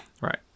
Right